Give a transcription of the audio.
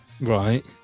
Right